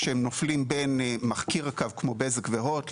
כשהם נופלים בין מחכיר הקו כמו בזק והוט,